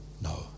No